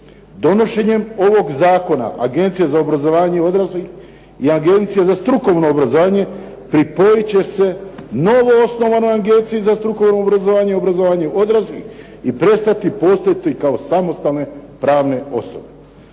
Donošenjem ovog Zakona Agencija za obrazovanje odraslih i Agencija za strukovno obrazovanje pripojit će se novoj Agenciji za strukovno obrazovanje i obrazovanje odraslih te prestati postojati kao samostalne pravne osobe.